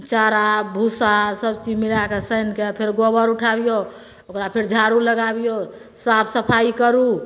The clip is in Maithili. चारा भुस्सा सब चीज मिलाए कऽ सानि कए फेर गोबर उठाबियौ ओकरा फेर झाडू लगाबियौ साफ सफाइ करू